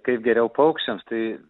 kaip geriau paukščiams tai